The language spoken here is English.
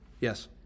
Yes